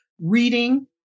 reading